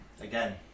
again